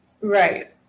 Right